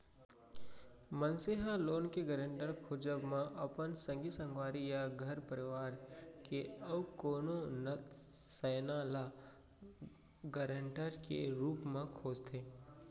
मनसे ह लोन के गारेंटर खोजब म अपन संगी संगवारी या घर परवार के अउ कोनो नत सैना ल गारंटर के रुप म खोजथे